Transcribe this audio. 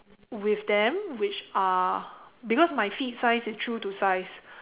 with them which are because my feet size is true to size